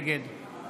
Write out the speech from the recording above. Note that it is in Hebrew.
נגד